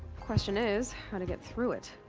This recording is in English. question is. how to get through it.